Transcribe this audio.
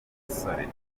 umusore